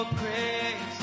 praise